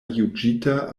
juĝita